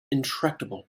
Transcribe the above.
intractable